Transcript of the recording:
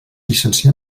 llicencià